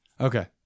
okay